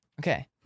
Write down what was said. Okay